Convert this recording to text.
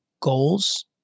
goals